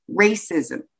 racism